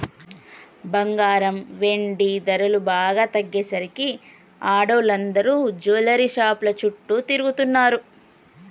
బంగారం, వెండి ధరలు బాగా తగ్గేసరికి ఆడోళ్ళందరూ జువెల్లరీ షాపుల చుట్టూ తిరుగుతున్నరు